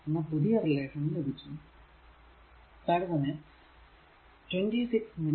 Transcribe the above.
എന്ന പുതിയ റിലേഷൻ ലഭിച്ചു